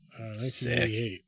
1988